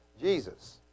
Jesus